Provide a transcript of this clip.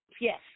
Yes